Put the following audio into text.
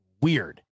Weird